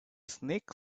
snake